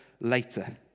later